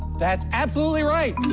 that's absolutely right!